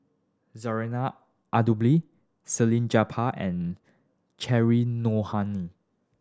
Zarinah Abdullah Salleh Japar and Cheryl Noronha